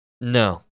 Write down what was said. No